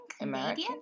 American